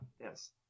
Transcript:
Yes